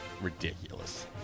Ridiculous